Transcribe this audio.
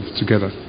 together